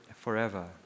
forever